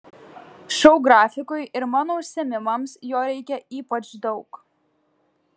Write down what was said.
šou grafikui ir mano užsiėmimams jo reikia ypač daug